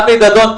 אבי דדון,